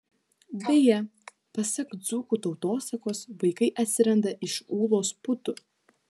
beje pasak dzūkų tautosakos vaikai atsiranda iš ūlos putų